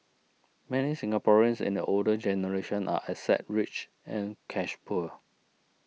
many Singaporeans in the older generation are asset rich and cash poor